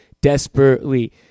desperately